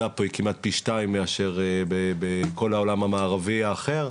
פה היא כמעט פי שתיים מאשר בכל העולם המערבי האחר.